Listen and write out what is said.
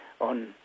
on